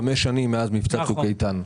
חמש שנים מאז מבצע "צוק איתן".